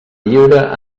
lliure